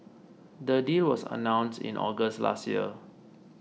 the deal was announced in August last year